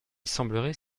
semblerait